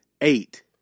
eight